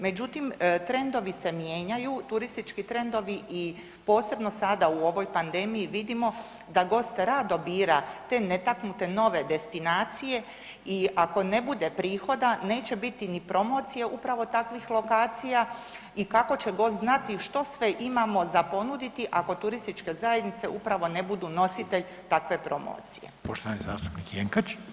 Međutim, trendovi se mijenjaju, turistički trendovi i posebno sada u ovoj pandemiji vidimo da gost rado bira te netaknute nove destinacije i ako ne bude prihoda neće biti ni promocije upravo takvih lokacija i kako će gost znati što sve imamo za ponuditi ako turističke zajednice upravo ne budu nositelj takve promocije.